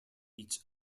each